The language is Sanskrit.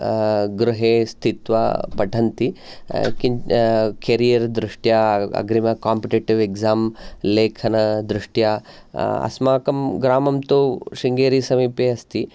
गृहे स्थित्वा पठन्ति किन् केरियर् दृष्ट्या अग्रिम काम्पिटिटिव् एक्जाम् लेखनदृष्ट्या अस्माकं ग्रामं तु शृङ्गेरीसमीपे अस्ति